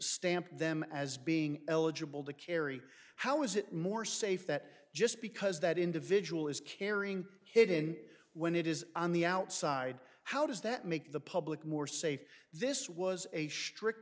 stamped them as being eligible to carry how is it more safe that just because that individual is carrying it in when it is on the outside how does that make the public more safe this was a strict